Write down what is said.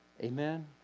Amen